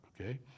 okay